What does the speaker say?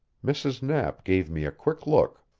mrs. knapp gave me a quick look.